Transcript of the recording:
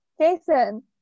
Jason